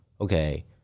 okay